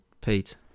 Pete